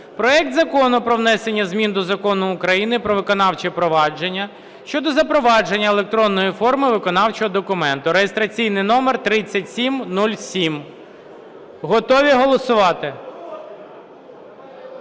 проект Закону про внесення змін до Закону України "Про виконавче провадження" щодо запровадження електронної форми виконавчого документу (реєстраційний номер 3707). Готові голосувати?